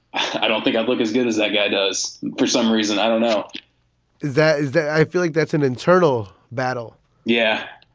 i don't think i look as good as that guy does. for some reason, i don't know that is that i feel like that's an internal battle yeah.